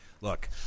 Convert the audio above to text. Look